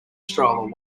stroller